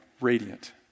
radiant